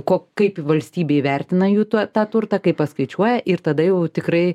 ko kaip valstybė įvertina jų tą tą turtą kaip paskaičiuoja ir tada jau tikrai